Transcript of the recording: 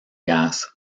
gas